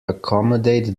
accommodate